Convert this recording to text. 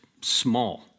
small